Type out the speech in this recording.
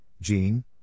Jean